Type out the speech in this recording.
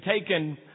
taken